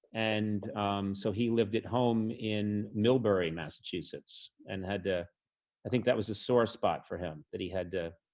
and so he lived at home in milbury, massachusetts, and had to i think that was a sore spot for him, that he had to